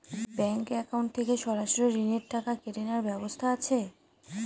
Bank account থেকে সরাসরি ঋণের টাকা কেটে নেওয়ার ব্যবস্থা আছে?